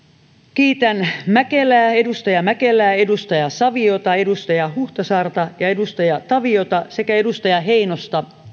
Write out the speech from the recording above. kiitän edustaja mäkelää edustaja saviota edustaja huhtasaarta ja edustaja taviota sekä edustaja heinosta